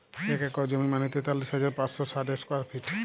এক একর জমি মানে তেতাল্লিশ হাজার পাঁচশ ষাট স্কোয়ার ফিট